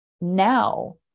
now